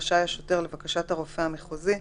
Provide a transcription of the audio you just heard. רשאי השוטר לבקשת הרופא המחוזי,